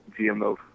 GMO